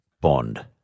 bond